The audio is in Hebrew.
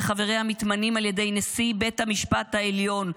וחבריה מתמנים על ידי נשיא בית המשפט העליון,